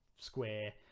square